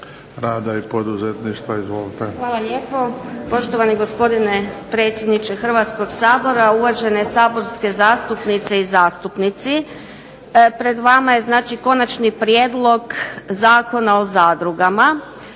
Hvala lijepo. Poštovani gospodine predsjedniče Hrvatskog sabora, uvažene saborske zastupnice i zastupnici. Pred vama je KOnačni prijedlog Zakona o zadrugama.